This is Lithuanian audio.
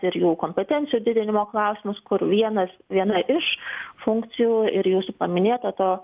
ir jų kompetencijų didinimo klausimus kur vienas viena iš funkcijų ir jūsų paminėto to